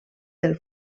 del